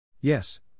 Yes